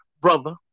brother